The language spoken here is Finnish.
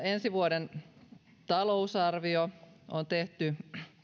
ensi vuoden talousarvio on tehty